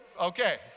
Okay